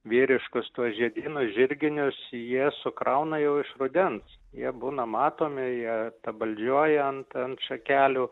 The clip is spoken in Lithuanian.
vyriškus tuos žiedynus žirginius jie sukrauna jau iš rudens jie būna matomi jie tabaldžiuoja ant ant šakelių